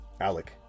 Alec